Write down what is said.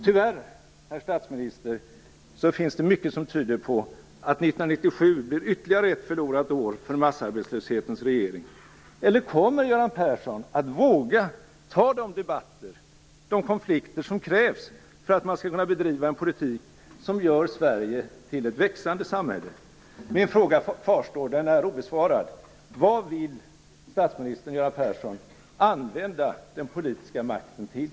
Tyvärr, herr statsminister, finns det mycket som tyder på att 1997 blir ytterligare ett förlorat år för massarbetslöshetens regering. Eller kommer Göran Persson att våga ta de debatter och konflikter som krävs för att man skall kunna bedriva en politik som gör Sverige till ett växande samhälle? Min fråga är obesvarad och kvarstår: Vad vill statsminister Göran Persson använda den politiska makten till?